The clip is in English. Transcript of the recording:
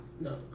No